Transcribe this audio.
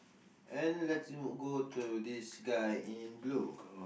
and let's go go to this guy in blue